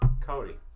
Cody